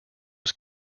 was